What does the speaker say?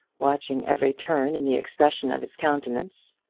watching every turn in the expression of his countenance.